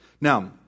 Now